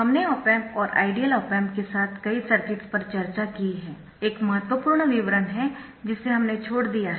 हमने op amp और ideal op amp के साथ कई सर्किट्स पर चर्चा की है एक महत्वपूर्ण विवरण है जिसे हमने छोड़ दिया है